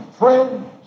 friends